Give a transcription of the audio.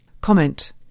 Comment